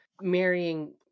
marrying